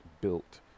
built